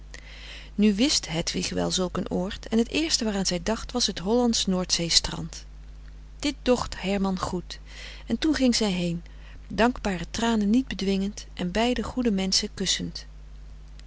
nu wist hedwig wel zulk een oord en het eerste waaraan zij dacht was het hollandsch noordzee strand dit docht herman goed en toen ging zij heen dankbare tranen niet bedwingend en beide goede menschen kussend